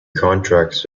contracts